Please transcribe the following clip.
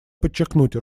подчеркнуть